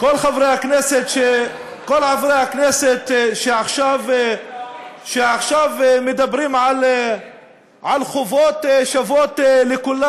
כל חברי הכנסת שעכשיו מדברים על חובות שוות לכולם,